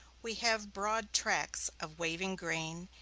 we have broad tracts of waving grain,